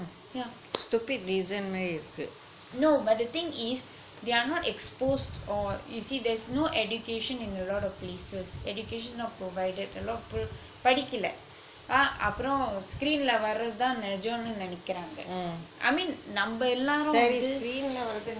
yeah no but the thing is they are not exposed or you see there's no education in a lot of places education's not provided a lot படிக்கில அப்றம்:padikkala apram screen lah வர்றதான் நிஜனு நினைக்றாங்க:varrathan nijanu ninaikkuranga I mean நம்ம எல்லாரும் வந்து:namma ellarum vanthu